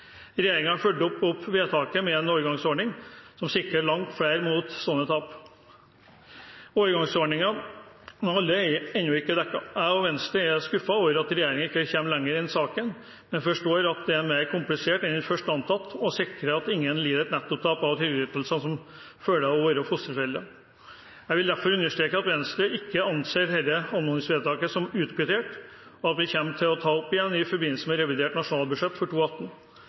har fulgt opp vedtaket med en overgangsordning som sikrer langt flere mot slike tap, men alle er ennå ikke dekket. Jeg og Venstre er skuffet over at regjeringen ikke har kommet lenger i denne saken, men forstår at det er mer komplisert enn først antatt å sikre at ingen lider et nettotap av trygdeytelser som følge av å være fosterforeldre. Jeg vil derfor understreke at Venstre ikke anser dette anmodningsvedtaket som utkvittert, og at vi kommer til å ta det opp igjen i forbindelse med revidert nasjonalbudsjett for